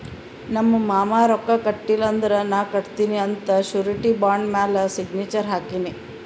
ನಮ್ ಮಾಮಾ ರೊಕ್ಕಾ ಕೊಟ್ಟಿಲ್ಲ ಅಂದುರ್ ನಾ ಕಟ್ಟತ್ತಿನಿ ಅಂತ್ ಶುರಿಟಿ ಬಾಂಡ್ ಮ್ಯಾಲ ಸಿಗ್ನೇಚರ್ ಹಾಕಿನಿ